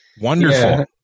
wonderful